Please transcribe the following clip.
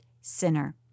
sinner